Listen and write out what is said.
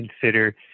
consider